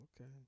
Okay